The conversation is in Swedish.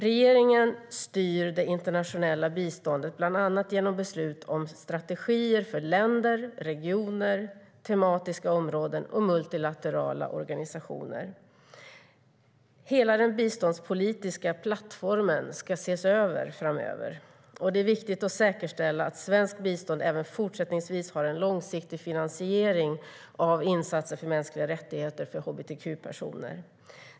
Regeringen styr det internationella biståndet bland annat genom beslut om strategier för länder, regioner, tematiska områden och multilaterala organisationer. Hela den biståndspolitiska plattformen ska ses över framöver. Det är viktigt att säkerställa att svenskt bistånd även fortsättningsvis har en långsiktig finansiering av insatser för mänskliga rättigheter för hbtq-personer.